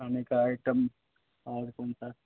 खाने का आइटम और कौन सा